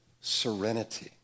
serenity